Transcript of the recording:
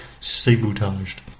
sabotaged